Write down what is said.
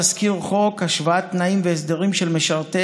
תזכיר חוק השוואת תנאים והסדרים של משרתי